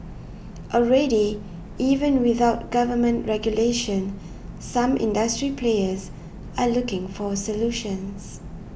already even without government regulation some industry players are looking for solutions